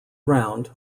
round